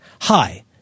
Hi